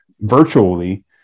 virtually